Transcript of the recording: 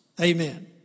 Amen